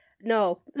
No